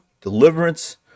deliverance